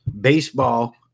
baseball